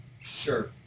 Sure